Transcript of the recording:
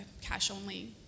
cash-only